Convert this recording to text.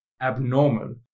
abnormal